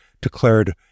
declared